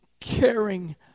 caring